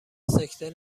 سکته